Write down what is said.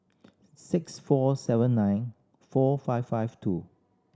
six four seven nine four five five two